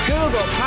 Google